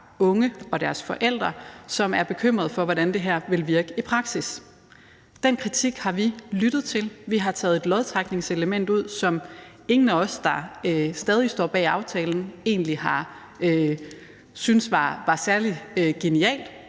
unge og deres forældre, som er bekymrede for, hvordan det her vil virke i praksis. Den kritik har vi lyttet til. Vi har taget et lodtrækningselement ud, som ingen af os, der stadig står bag aftalen, egentlig har syntes var særlig genialt